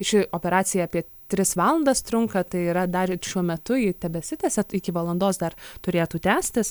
ši operacija apie tris valandas trunka tai yra dar ir šiuo metu ji tebesitęsia iki valandos dar turėtų tęstis